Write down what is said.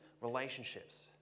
relationships